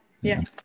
yes